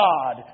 God